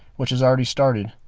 which has already started.